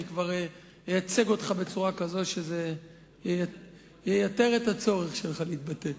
אני אייצג אותך בצורה כזאת שזה ייתר את הצורך שלך להתבטא.